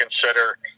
consider